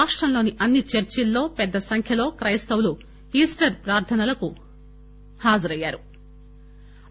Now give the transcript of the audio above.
రాష్టంలోని అన్ని చర్చిల్లో పెద్ద సంఖ్యలో క్రెస్తవులు ఈస్టర్ ప్రార్థనలకు హాజరయ్యారు